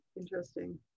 interesting